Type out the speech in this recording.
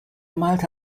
malte